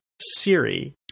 Siri